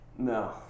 No